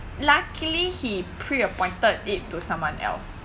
luckily he pre-appointed it to someone else